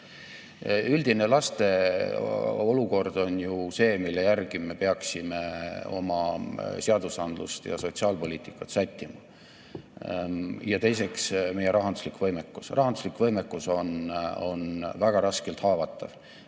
Üldine laste olukord on ju see, mille järgi me peaksime oma seadusi ja sotsiaalpoliitikat sättima. Ja teiseks, meie rahanduslik võimekus. Rahanduslikku võimekust on väga raskelt haavatud